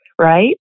right